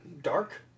Dark